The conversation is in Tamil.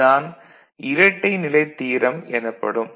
இது தான் இரட்டைநிலைத் தியரம் எனப்படும்